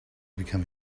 become